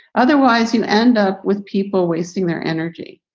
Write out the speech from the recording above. otherwise, you end up with people wasting their energy.